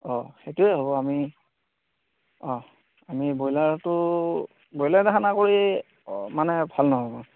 অ সেইটোৱে হ'ব আমি অ আমি ব্ৰইলাৰটো ব্ৰইলাৰ এটা খানা কৰি মানে ভাল নহ'ব